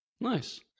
Nice